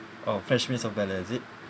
orh fresh prince of bel-air is it